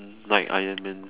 like iron man